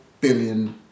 billion